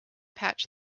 patch